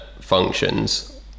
functions